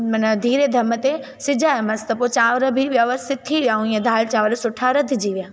माना धीरे दम ते सिझायोमांसि त पोइ चांवर बि व्यवस्थित थी विया ऐं हीअं दाल चांवर सुठा रधिजी विया